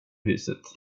huset